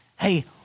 Hey